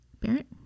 Barrett